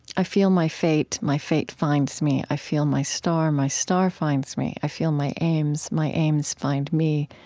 i feel my fate my fate finds me. i feel my star my star finds me. i feel my aims my aims find me.